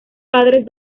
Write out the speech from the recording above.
padres